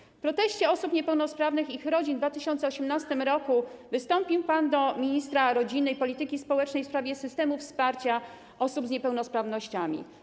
W trakcie protestu osób niepełnosprawnych i ich rodzin w 2018 r. wystąpił pan do ministra rodziny i polityki społecznej w sprawie systemu wsparcia osób z niepełnosprawnościami.